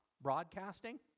Broadcasting